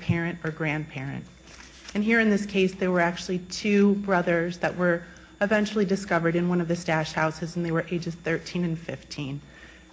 parent or grandparent and here in this case there were actually two brothers that were eventually discovered in one of the stash houses and they were just thirteen and fifteen